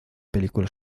película